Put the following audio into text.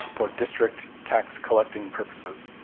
for district tax collecting purposes,